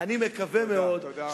אני מקווה מאוד, תודה, תודה רבה.